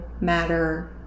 matter